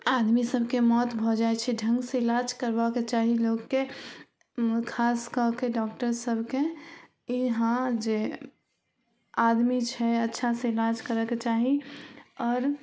आदमी सभके मौत भऽ जाइ छै ढङ्गसे इलाज करबऽके चाही लोकके खासकऽके डॉक्टरसभके इहाँ जे आदमी छै अच्छासे इलाज करैके चाही आओर